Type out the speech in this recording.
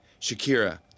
Shakira